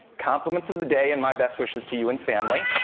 compliments of the day, and my best wishes to you and family.